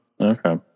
okay